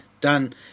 done